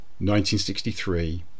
1963